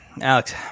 Alex